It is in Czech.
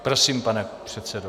Prosím, pane předsedo.